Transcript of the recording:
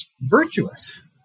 virtuous